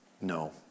No